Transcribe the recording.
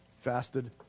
fasted